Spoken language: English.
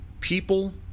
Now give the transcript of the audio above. people